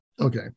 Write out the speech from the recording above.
Okay